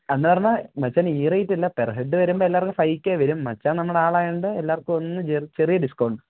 എന്ന് പറഞ്ഞാൽ മച്ചാനെ ഈ റേറ്റ് അല്ല പെർ ഹെഡ് വരുമ്പം എല്ലാവർക്കും ഫൈവ് കെ വരും മച്ചാൻ നമ്മുടെ ആളായതുകൊണ്ട് എല്ലാവർക്കും ഒന്ന് ചെറിയ ഡിസ്കൗണ്ട്